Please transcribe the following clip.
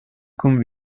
con